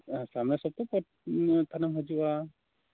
ᱥᱟᱢᱱᱮᱨ ᱥᱚᱯᱛᱟᱦᱚ ᱠᱷᱟᱱᱮᱢ ᱦᱤᱡᱩᱜᱼᱟ